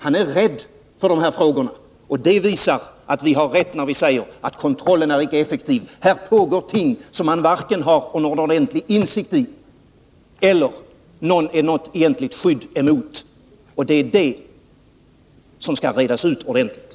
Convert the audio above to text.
Han är rädd för de frågorna, och det visar att vi har rätt när vi säger att kontrollen inte är effektiv. Här pågår ting som man varken har någon ordentlig insikt i eller något egentligt skydd emot, och det är detta som skall redas ut ordentligt.